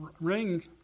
ring